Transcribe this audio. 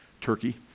Turkey